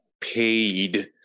paid